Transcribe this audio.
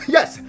Yes